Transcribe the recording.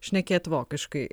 šnekėt vokiškai